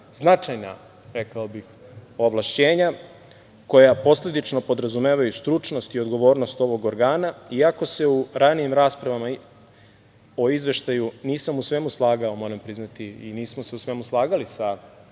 značajna, rekao bih, ovlašćenja koja posledično podrazumevaju stručnost i odgovornost ovog organa. Iako se u ranijim raspravama o izveštaju nisam u svemu slagao i nismo se u svemu slagali sa